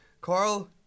Carl